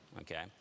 Okay